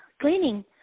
cleaning